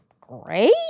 great